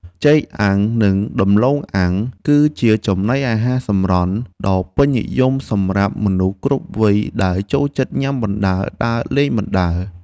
ចេកអាំង និងដំឡូងអាំងគឺជាចំណីអាហារសម្រន់ដ៏ពេញនិយមសម្រាប់មនុស្សគ្រប់វ័យដែលចូលចិត្តញ៉ាំបណ្ដើរដើរលេងបណ្ដើរ។